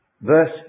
verse